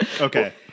Okay